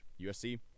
USC